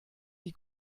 die